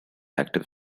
active